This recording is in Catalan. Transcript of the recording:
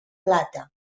plata